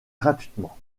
gratuitement